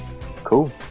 Cool